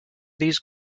these